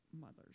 mothers